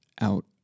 out